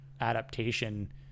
adaptation